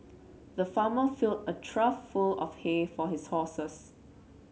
the farmer filled a trough full of hay for his horses